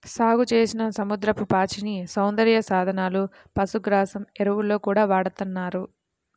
సాగుచేసిన సముద్రపు పాచిని సౌందర్య సాధనాలు, పశుగ్రాసం, ఎరువుల్లో గూడా వాడతన్నారు